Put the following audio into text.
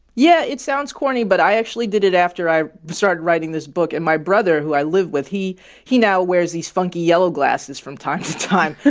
yeah. it sounds corny, but i actually did it after i started writing this book. and my brother, who i live with, he he now wears these funky yellow glasses from time to time.